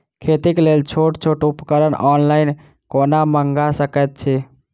खेतीक लेल छोट छोट उपकरण ऑनलाइन कोना मंगा सकैत छी?